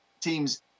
teams